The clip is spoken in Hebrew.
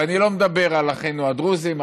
ואני לא מדבר על אחינו הדרוזים,